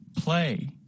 play